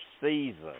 season